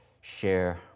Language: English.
share